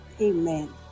amen